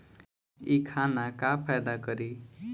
इ खाना का फायदा करी